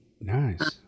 Nice